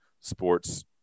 sports